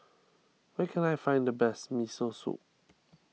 where can I find the best Miso Soup